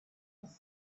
was